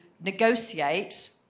negotiate